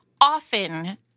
often